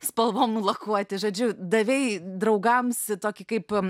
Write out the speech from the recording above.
spalvom nulakuoti žodžiu davei draugams tokį kaip